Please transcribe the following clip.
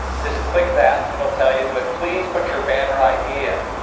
just click that it'll tell you but please put your banner id in.